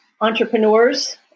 entrepreneurs